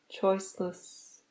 choiceless